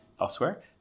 elsewhere